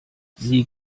sieh